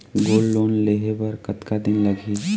Gold loan लेहे बर कतका दिन लगही?